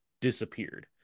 disappeared